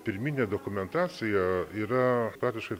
pirminė dokumentacija yra praktiškai